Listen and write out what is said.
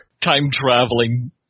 Time-traveling